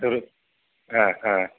ह ह